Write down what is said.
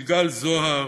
סיגל זוהר,